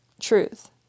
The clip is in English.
truth